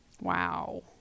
wow